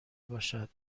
باشد